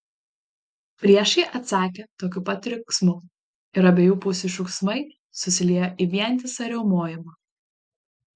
priešai atsakė tokiu pat riksmu ir abiejų pusių šūksmai susiliejo į vientisą riaumojimą